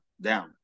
down